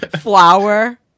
Flower